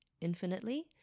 infinitely